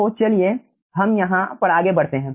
तो चलिए हम यहाँ पर आगे बढ़ाते हैं